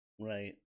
Right